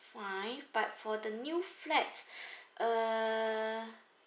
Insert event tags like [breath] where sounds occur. fine but for the new flat [breath] uh